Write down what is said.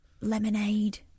lemonade